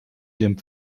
dem